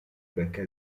perché